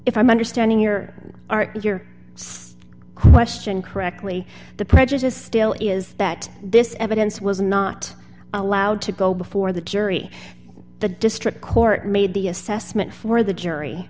if i'm understanding your art here says question correctly the prejudice still is that this evidence was not allowed to go before the jury the district court made the assessment for the jury